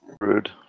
Rude